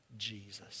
Jesus